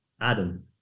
Adam